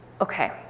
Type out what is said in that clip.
Okay